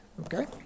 okay